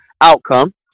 outcome